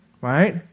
right